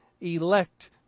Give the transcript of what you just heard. elect